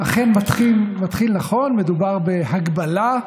אכן מתחיל נכון, מדובר בהגבלה,